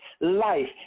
Life